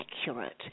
accurate